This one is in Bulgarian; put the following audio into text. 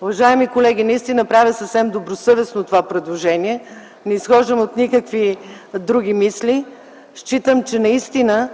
Уважаеми колеги, правя съвсем добросъвестно това предложение, не изхождам от никакви други мисли. Считам, че наистина